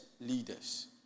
leaders